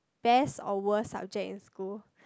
best or worst subject in school